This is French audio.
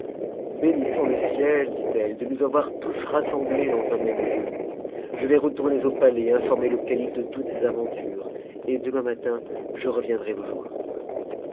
bénissons le ciel dit-elle de nous avoir tous rassemblés dans un mêtnc lieu je vais retourner au palais informer le calife de toutes ces aventures et demain matin je reviendrai vous joindre